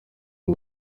ngo